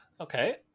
Okay